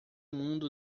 mundo